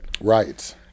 Right